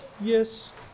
Yes